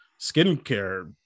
Skincare